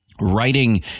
Writing